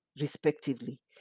respectively